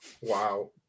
Wow